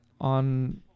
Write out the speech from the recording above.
on